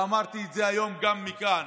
ואמרתי את זה היום גם מכאן,